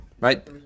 right